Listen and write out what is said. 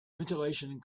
ventilation